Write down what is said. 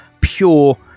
pure